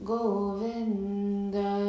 Govinda